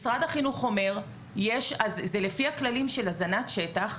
משרד החינוך אומר שזה לפי הכללים של הזנת שטח,